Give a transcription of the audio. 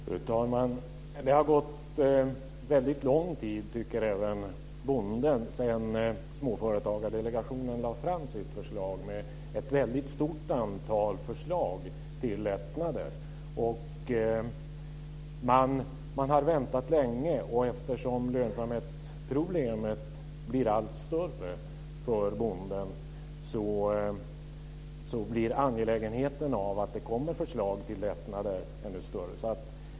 Fru talman! Det har gått väldigt lång tid, tycker även bonden, sedan Småföretagsdelegationen lade fram sitt förslag med ett mycket stort antal förslag till lättnader. Man har väntat länge, och eftersom lönsamhetsproblemet blir allt större för bonden blir angelägenheten av att det kommer förslag till lättnader ännu större.